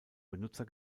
benutzer